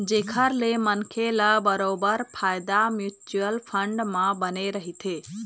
जेखर ले मनखे ल बरोबर फायदा म्युचुअल फंड म बने रहिथे